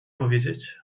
powiedzieć